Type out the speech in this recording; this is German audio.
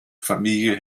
familie